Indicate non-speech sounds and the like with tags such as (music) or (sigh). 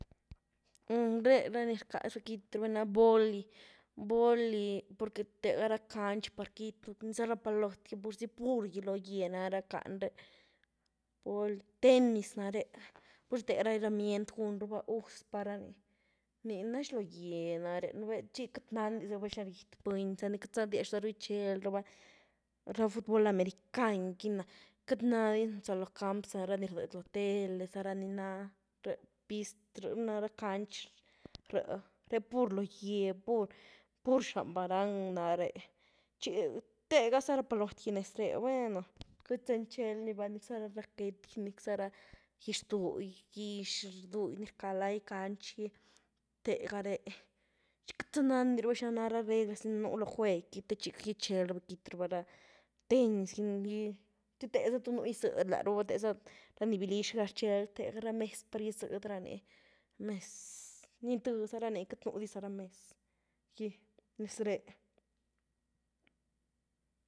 (hesitation) re rani rcaz ru quit ra ni na’ boli, boli, por que te’ga ra canch par quitnu, nicza ra paloty, pur zy pur loo gye nah ra cahn re’, (unintelligible) tennis nare’, pur te ra herramient gun raba gus par ranii, ni nazh lo gye nare, (unintelligible) chi cat nandiza raba zhin rgyt buny za nicat za, riazh zaru gitchel raba, ra fut bol american ghina, cat nadiny za loo camp, zara ni rdyd loo tele, za ra ni na (unintelligible) pis try, na ara canchry, re’ pur loo gye, pur, pur zhan barang na’ re, chi, tega’za ra paloty gi nez ree, bueno, queet zany ghitchel nii va, nic za ra’ raquet gui, nocza raa guizh du’ igy, guizh du nirca lagy canch gy tega re’, cat za nandy raba zhina na ra reglas ni un’ loo jueg gy chi gitchel raba quit raba ra tennis ghy, tegha za tu nu’ guizyd lara va, tegaza, rani valy zhga rchel, tegha ra mez par ghisyd rany, (unintelligible) ni’th za rany cat nudi za ra mez ghy nez re’.